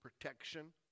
protection